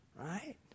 right